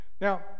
Now